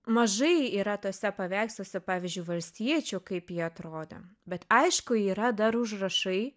mažai yra tuose paveiksluose pavyzdžiui valstiečių kaip jie atrodė bet aišku yra dar užrašai